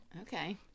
Okay